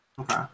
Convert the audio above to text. Okay